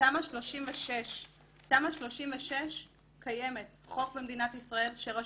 תמ"א/36 קיימת, חוק במדינת ישראל שרשום: